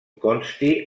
consti